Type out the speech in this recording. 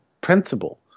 principle